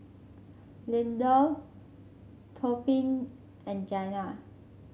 Lindell Tobin and Janna